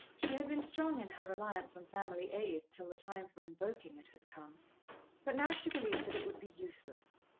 she had been strong in her reliance on family aid till the time for invoking it had come but now she believed that it would be useless.